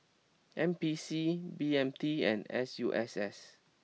N P C B M T and S U S S